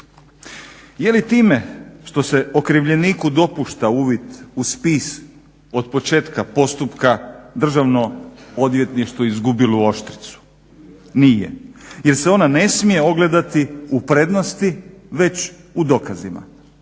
Je li time što se okrivljeniku dopušta uvid u spis od početka postupka Državno odvjetništvo izgubilo oštricu? Nije, jer se ona ne smije ogledati u prednosti već u dokazima